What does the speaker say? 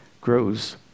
grows